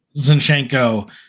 Zinchenko